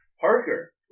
Parker